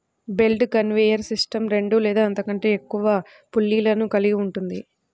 belt conveyor system రెండు లేదా అంతకంటే ఎక్కువ పుల్లీలను కలిగి ఉంటుంది